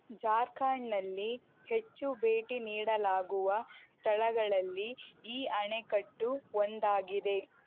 ಝಾರ್ಖಂಡ್ನಲ್ಲಿ ಹೆಚ್ಚು ಭೇಟಿ ನೀಡಲಾಗುವ ಸ್ಥಳಗಳಲ್ಲಿ ಈ ಅಣೆಕಟ್ಟು ಒಂದಾಗಿದೆ